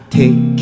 take